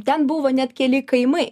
ten buvo net keli kaimai